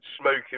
smoking